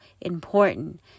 important